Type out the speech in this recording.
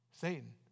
Satan